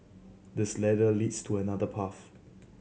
this ladder leads to another path